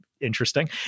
interesting